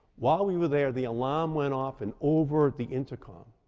while we were there, the alarm went off, and over the intercom,